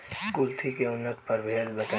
कुलथी के उन्नत प्रभेद बताई?